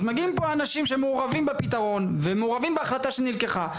אז מגיעים לפה אנשים שמעורבים בפתרון ומעורבים בהחלטה שנלקחה.